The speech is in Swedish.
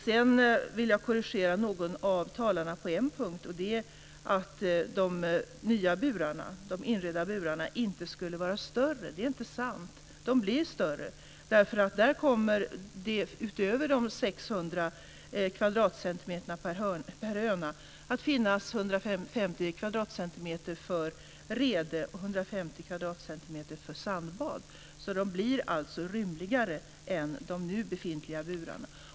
Sedan vill jag korrigera den ena av talarna på en punkt, nämligen när det gäller att de nya, inredda, burarna inte skulle vara större. Det är inte sant. De blir större därför att utöver de 600 kvadratcentimetrarna per höna kommer det att finnas 150 kvadratcentimeter för rede och 150 kvadratcentimeter för sandbad. De här burarna blir alltså rymligare än nu befintliga burar.